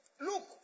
Look